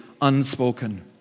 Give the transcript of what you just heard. unspoken